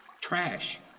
trash